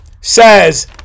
says